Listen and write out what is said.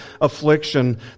affliction